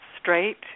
straight